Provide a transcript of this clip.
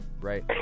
Right